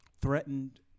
threatened